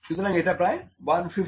সুতরাং এটা প্রায় 150 mm